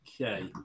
okay